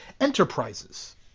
Enterprises